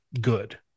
good